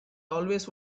always